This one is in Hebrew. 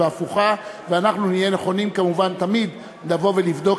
חבל שמשאירים אותך לבד,